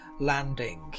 landing